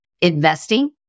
investing